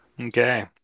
okay